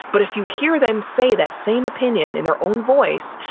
but if you hear them say that same opinion in their own voice,